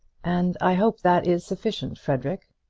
and i hope that is sufficient, frederic.